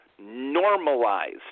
normalized